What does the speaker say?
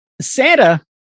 Santa